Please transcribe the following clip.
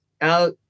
out